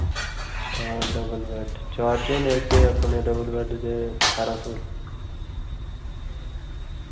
हां double bed charge होने ते अपने डबल बैड दे ठारां सौ